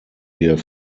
wir